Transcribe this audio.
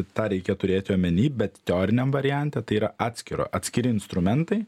tą reikia turėti omeny bet teoriniam variante tai yra atskiro atskiri instrumentai